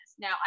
Now